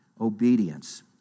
obedience